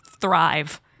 thrive